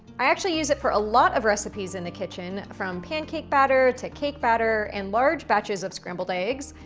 i actually use it for a lot of recipes in the kitchen, from pancake batter, to cake batter, and large batches of scrambled eggs.